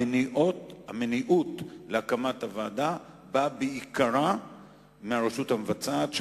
המניעות להקמת הוועדה באה בעיקרה מהרשות המבצעת,